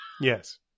Yes